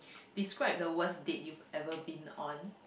describe the worst date you've ever been on